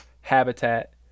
habitat